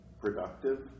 productive